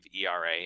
ERA